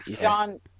John